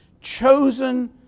chosen